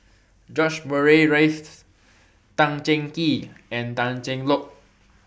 George Murray Reith Tan Cheng Kee and Tan Cheng Lock